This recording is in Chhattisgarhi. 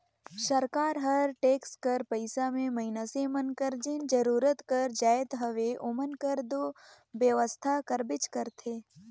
सरकार हर टेक्स कर पइसा में मइनसे मन कर जेन जरूरत कर जाएत हवे ओमन कर दो बेवसथा करबेच करथे